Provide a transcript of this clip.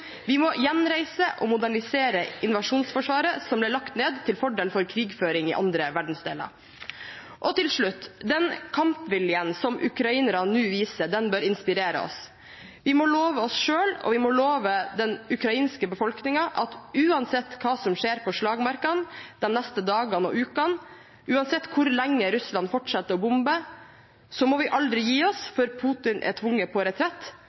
Vi må gjenreise og modernisere invasjonsforsvaret, som ble lagt ned til fordel for krigføring i andre verdensdeler. Til slutt: Den kampviljen som ukrainerne nå viser, bør inspirere oss. Vi må love oss selv, og vi må love den ukrainske befolkningen, at uansett hva som skjer på slagmarkene de neste dagene og ukene, uansett hvor lenge Russland fortsetter å bombe, må vi aldri gi oss før Putin er tvunget på retrett,